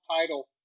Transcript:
title